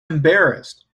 embarrassed